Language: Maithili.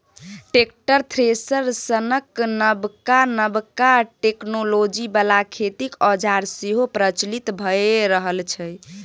टेक्टर, थ्रेसर सनक नबका नबका टेक्नोलॉजी बला खेतीक औजार सेहो प्रचलित भए रहल छै